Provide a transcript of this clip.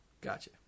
Gotcha